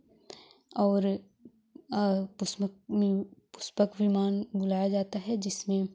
और पुष्पक विमान बुलाया जाता है जिसमें